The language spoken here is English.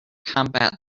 combat